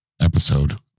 episode